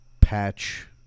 patch